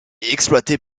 exploitées